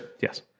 Yes